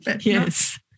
Yes